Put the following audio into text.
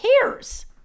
cares